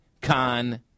con